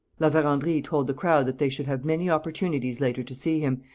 la verendrye told the crowd that they should have many opportunities later to see him,